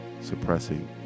suppressing